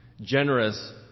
generous